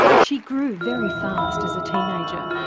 she grew very fast as a teenager,